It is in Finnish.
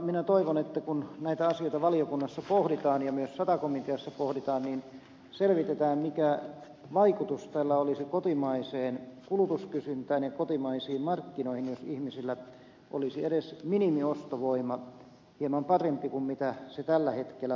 minä toivon että kun näitä asioita valiokunnassa pohditaan ja myös sata komiteassa pohditaan niin selvitetään mikä vaikutus tällä olisi kotimaiseen kulutuskysyntään ja kotimaisiin markkinoihin jos ihmisillä olisi edes minimiostovoima hieman parempi kuin mitä se tällä hetkellä voi olla